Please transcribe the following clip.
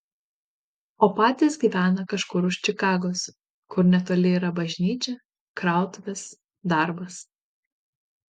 o patys gyvena kažkur už čikagos kur netoli yra bažnyčia krautuvės darbas